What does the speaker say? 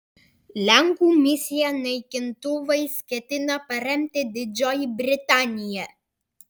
lenkų misiją naikintuvais ketina paremti didžioji britanija